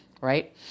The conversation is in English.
Right